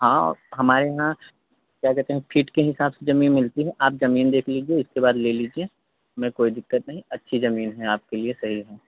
हाँ हमारे यहाँ क्या कहते हैं फिट के हिसाब से जमीन मिलती है आप जमीन देख लीजिए उसके बाद ले लीजिए हमें कोई दिक्कत नहीं अच्छी जमीन है आपके लिए सही है